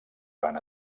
van